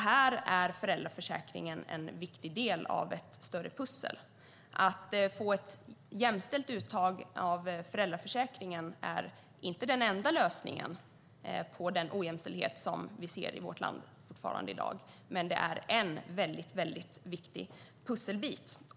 Här är föräldraförsäkringen en viktig del av ett större pussel. Att få ett jämställt uttag av föräldraförsäkringen är inte den enda lösningen på den ojämställdhet vi fortfarande ser i vårt land i dag, men det är en väldigt viktig pusselbit.